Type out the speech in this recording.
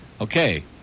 Okay